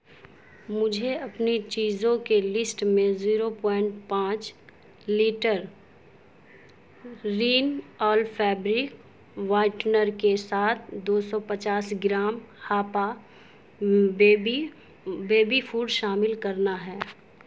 مجھے اپنی چیزوں کے لسٹ میں زیرو پوائنٹ پانچ litre Rin Ala fabric whitener کے ساتھ دو پچاس گرام ہاپا بیبی بیبی فوڈ شامل کرنا ہے